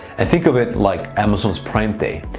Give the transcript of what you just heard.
and think of it like amazon's prime day,